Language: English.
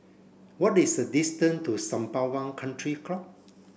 what is the distance to Sembawang Country Club